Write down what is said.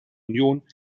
union